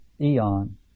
eon